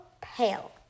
Pale